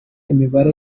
imibare